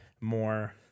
more